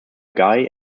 guy